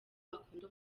akunda